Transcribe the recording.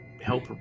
help